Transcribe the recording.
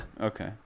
Okay